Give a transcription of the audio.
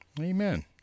Amen